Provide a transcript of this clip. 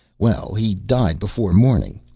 well, he died before morning.